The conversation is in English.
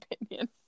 opinion